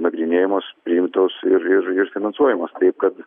nagrinėjamos priimtos ir ir ir finansuojamos taip kad